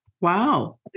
Wow